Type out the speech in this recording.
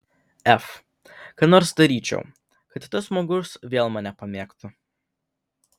f ką nors daryčiau kad tas žmogus vėl mane pamėgtų